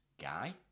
guy